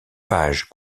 page